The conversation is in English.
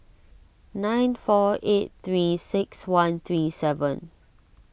nine four eight three six one three seven